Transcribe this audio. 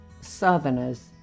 southerners